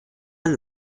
dann